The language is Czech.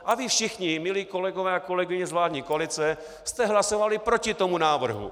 A vy všichni, milí kolegové a kolegyně z vládní koalice, jste hlasovali proti tomu návrhu.